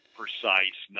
precise